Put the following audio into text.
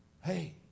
Hey